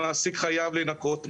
המעסיק חייב לנכות ממנו.